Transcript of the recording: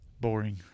Boring